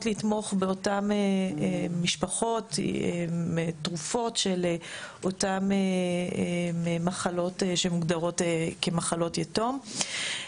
לתמוך באותן משפחות עם תרופות של אותן מחלות שמוגדרות כמחלות יתום.